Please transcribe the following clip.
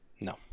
No